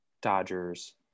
Dodgers